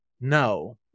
no